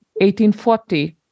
1840